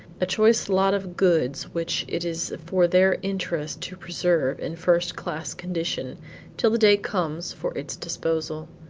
a choice lot of goods which it is for their interest to preserve in first-class condition till the day comes for its disposal.